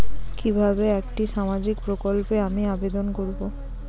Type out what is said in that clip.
কিভাবে একটি সামাজিক প্রকল্পে আমি আবেদন করব?